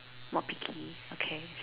not picky okay